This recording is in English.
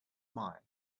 mind